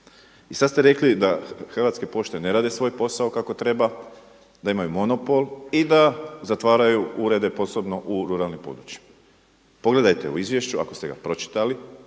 I sad ste rekli da Hrvatske pošte ne rade svoj posao kako treba, da imaju monopol i da zatvaraju urede posebno u ruralnim područjima. Pogledajte u izvješću ako ste ga pročitali